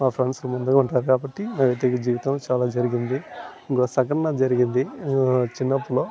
నా ఫ్రెండ్స్ ముందుగా ఉంటారు కాబట్టి నైతిక జీవితంలో చాలా జరిగింది ఇంకో సంఘటన జరిగింది చిన్నప్పులో